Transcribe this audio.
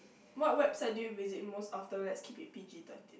what website did you visit what website did you visit most often let's keep it p_g thirteen